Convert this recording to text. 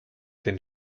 den